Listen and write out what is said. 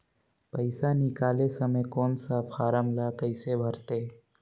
पइसा निकाले समय कौन सा फारम ला कइसे भरते?